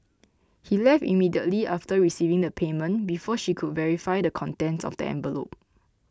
he left immediately after receiving the payment before she could verify the contents of the envelope